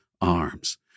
arms